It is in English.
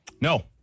No